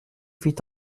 fit